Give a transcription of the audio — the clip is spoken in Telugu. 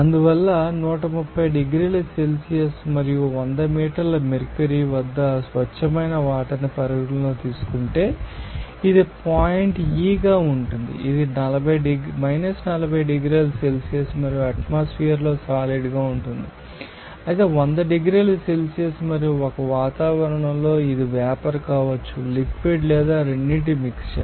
అందువల్ల 130 డిగ్రీల సెల్సియస్ మరియు వంద మిల్లీమీటర్ల మెర్క్యూరీ వద్ద స్వచ్ఛమైన వాటర్ని పరిగణనలోకి తీసుకుంటే అది పాయింట్ E గా ఉంటుంది ఇది 40 డిగ్రీల సెల్సియస్ మరియు అట్మాస్ఫీర్లో సాలిడ్ గా ఉంటుంది అయితే 100 డిగ్రీల సెల్సియస్ మరియు 1 వాతావరణంలో ఇది వేపర్ కావచ్చు లిక్విడ్ లేదా రెండింటి మిక్ట్చర్